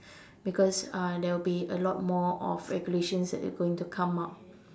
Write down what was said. because uh there will be a lot more of regulations that going to come up